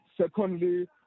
Secondly